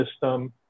system